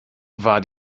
war